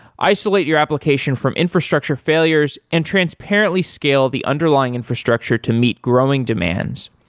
isolate your application from infrastructure failures and transparently scale the underlying infrastructure to meet growing demands,